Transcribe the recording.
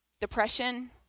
depression